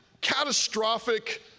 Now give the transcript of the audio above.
catastrophic